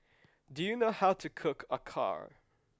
do you know how to cook acar